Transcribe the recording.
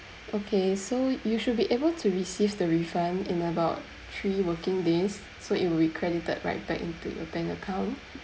okay so you should be able to receive the refund in about three working days so it will be credited right back into your bank account